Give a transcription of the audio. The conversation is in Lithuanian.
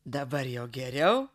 dabar jau geriau